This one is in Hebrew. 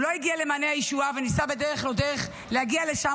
הוא לא הגיע למעייני הישועה וניסה בדרך-לא-דרך להגיע לשם,